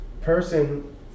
person